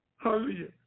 Hallelujah